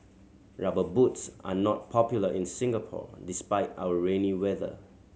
Rubber Boots are not popular in Singapore despite our rainy weather